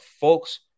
Folks